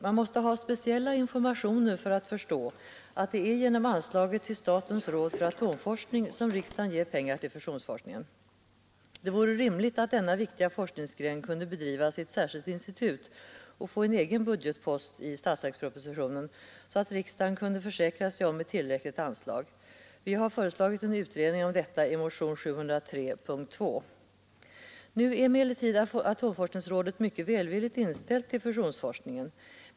Man måste ha speciella informationer för att förstå att det är genom anslaget till statens råd för atomforskning som riksdagen ger pengar till fusionsforskningen. Det vore rimligt att denna viktiga forskning kunde bedrivas i ett särskilt institut och få en egen budgetpost i statsverkspropositionen, så att riksdagen kunde försäkra sig om ett tillräckligt anslag. Vi har föreslagit en utredning om detta i motionen T03:p:2: Nu är emellertid atomforskningsrådet mycket välvilligt inställt till fusionsforskningen.